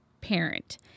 parent